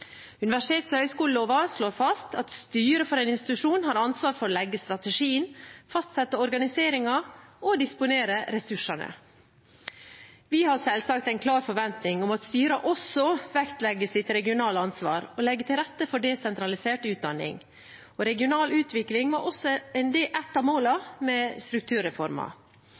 Universitets- og høyskoleloven slår fast at styret for en institusjon har ansvar for å legge strategien, fastsette organiseringen og disponere ressursene. Vi har selvsagt en klar forventning om at styrene også vektlegger sitt regionale ansvar og legger til rette for desentralisert utdanning. Regional utvikling var også et av målene med